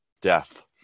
death